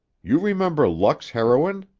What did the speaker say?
you remember luck's heroine?